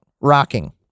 rocking